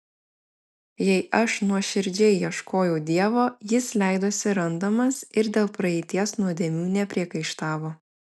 jei aš nuoširdžiai ieškojau dievo jis leidosi randamas ir dėl praeities nuodėmių nepriekaištavo